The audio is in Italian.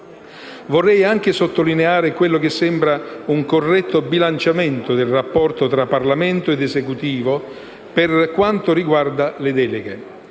Vorrei anche sottolineare quello che sembra un corretto bilanciamento del rapporto tra Parlamento ed Esecutivo per quanto riguarda le deleghe.